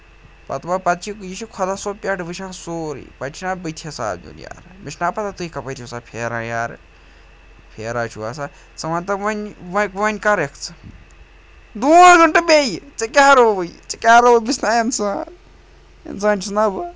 پَتہٕ وۄنۍ پَتہٕ چھِ یہِ چھِ خۄدا صوب پٮ۪ٹھ وٕچھان سورُے پَتہٕ چھِنہ بٕتھِ حساب دیُن یارٕ مےٚ چھُنہ پَتہ تُہۍ کَپٲرۍ چھُو آسان پھیران یارٕ پھیران چھُو آسان ژٕ وَن تا وۄنۍ وۄنۍ کَر یِکھ ژٕ دوٗن گٲنٹہٕ بیٚیہِ ژےٚ کیٛاہ رووُے ژےٚ کیٛاہ رو بہٕ چھُس نہ اِنسان اِنسان چھُس نہ بہٕ